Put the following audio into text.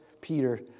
Peter